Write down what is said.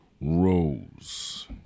Rose